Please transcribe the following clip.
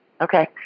Okay